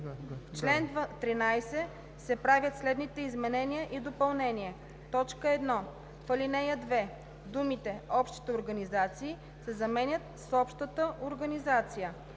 чл. 13 се правят следните изменения и допълнения: 1. В ал. 2 думите „Общите организации“ се заменят с „Общата организация“.